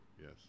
Yes